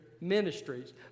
ministries